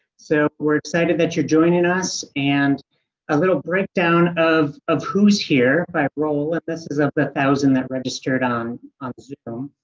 so we're excited that you're joining us and a little breakdown of of who's here by role. this is of the thousand that registered on on zoom.